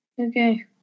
Okay